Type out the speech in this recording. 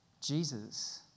Jesus